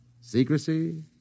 Secrecy